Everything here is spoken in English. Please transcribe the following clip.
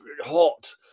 hot